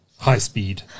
High-speed